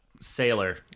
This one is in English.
Sailor